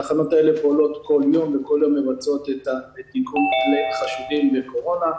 התחנות האלה פועלות בכל יום ומבצעות דיגום של כל מיני חשודים בקורונה,